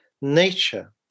nature